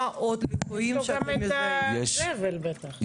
איזה עוד ליקויים --- יש גם את הזבל בטח.